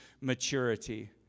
maturity